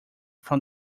from